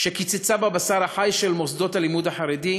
שקיצצה בבשר החי של מוסדות הלימוד החרדי,